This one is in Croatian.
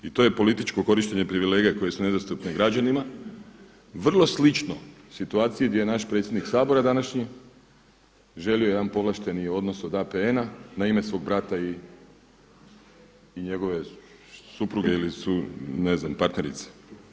I to je političko korištenje privilegija koje su nedostupne građanima vrlo slično situaciji gdje je naš predsjednik Sabora današnji želio jedan povlašteni odnos od APN-a na ime svog brata i njegove supruge ili ne zna partnerice.